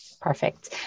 Perfect